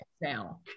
now